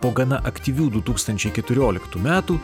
po gana aktyvių du tūkstančiai keturioliktų metų